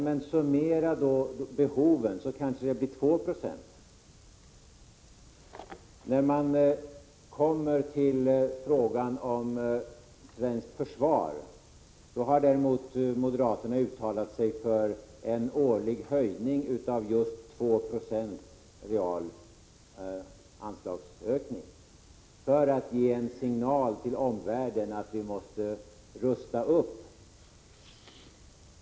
Men summera behoven — det kanske visar sig att det skulle behövas 2 96. När det gäller svenskt försvar har däremot moderaterna uttalat sig för en årlig realhöjning med 2 6 av anslaget för att ge en signal till omvärlden att vi måste rusta upp.